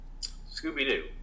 Scooby-Doo